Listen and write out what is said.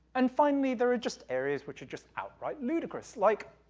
and finally, there are just areas which are just outright ludicrous, like